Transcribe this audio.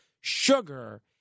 sugar